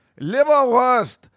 liverwurst